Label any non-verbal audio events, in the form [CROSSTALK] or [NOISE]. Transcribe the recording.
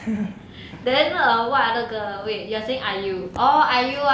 [LAUGHS] then err what other girl wait you are saying iu orh iu ah